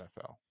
NFL